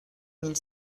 mille